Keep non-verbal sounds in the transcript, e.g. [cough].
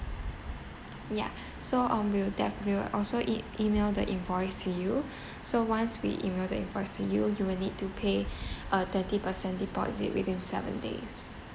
ya [breath] so um we'll de~ we'll also e~ email the invoice to you [breath] so once we email the invoice to you you will need to pay [breath] a thirty percent deposit within seven days